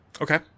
okay